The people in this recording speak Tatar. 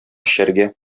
эчәргә